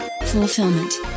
fulfillment